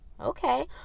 Okay